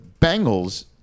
Bengals